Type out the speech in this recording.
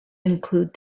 include